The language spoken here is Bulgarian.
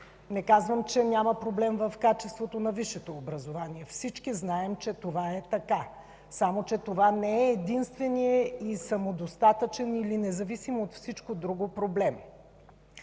Не казвам, че няма проблем в качеството на висшето образование. Всички знаем, че това е така. Това обаче не е единственият и самодостатъчен, независим от всички други проблем.